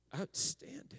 outstanding